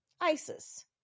Isis